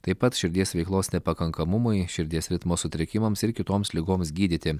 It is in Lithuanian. taip pat širdies veiklos nepakankamumui širdies ritmo sutrikimams ir kitoms ligoms gydyti